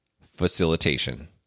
facilitation